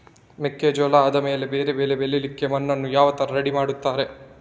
ಮೆಕ್ಕೆಜೋಳ ಆದಮೇಲೆ ಬೇರೆ ಬೆಳೆ ಬೆಳಿಲಿಕ್ಕೆ ಮಣ್ಣನ್ನು ಯಾವ ತರ ರೆಡಿ ಮಾಡ್ತಾರೆ?